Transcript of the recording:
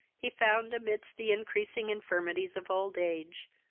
he found, amidst the increasing infirmities of old age,